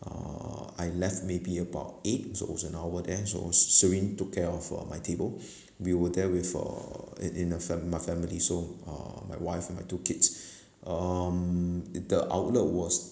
uh I left maybe about eight so was an hour there so se~ serene took care of uh my table we were there with uh in in a fam~ my family so uh my wife and my two kids um the outlet was